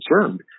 concerned